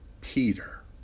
Peter